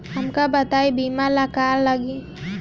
हमका बताई बीमा ला का का लागी?